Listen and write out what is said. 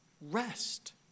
rest